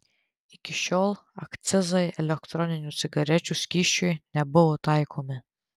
iki šiol akcizai elektroninių cigarečių skysčiui nebuvo taikomi